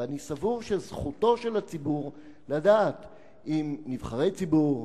ואני סבור שזכותו של הציבור לדעת אם נבחרי ציבור,